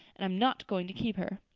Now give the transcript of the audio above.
and i'm not going to keep her.